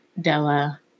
Della